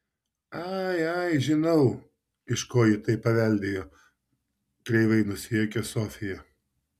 ai ai žinau iš ko ji tai paveldėjo kreivai nusijuokė sofija